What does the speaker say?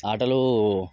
ఆటలు